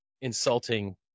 insulting